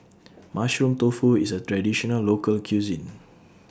Mushroom Tofu IS A Traditional Local Cuisine